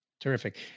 Terrific